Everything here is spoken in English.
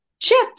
chips